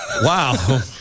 Wow